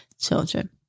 children